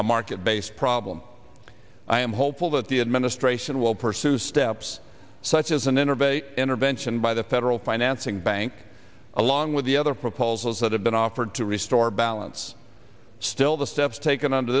a market based problem i am hopeful that the administration will pursue steps such as an intervention intervention by the federal financing bank along with the other proposals that have been offered to restore balance still the steps taken under